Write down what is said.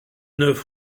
neuf